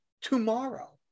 tomorrow